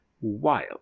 Wild